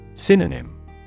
Synonym